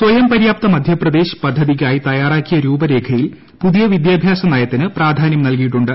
സ്വയംപര്യാപ്ത മധ്യപ്രദേശ് പദ്ധതിക്കായി തയ്യാറാക്കിയ രൂപരേഖയിൽ പുതിയ വിദ്യാഭ്യാസ്ത്ര നയത്തിന് പ്രാധാന്യം നൽകിയിട്ടുണ്ട്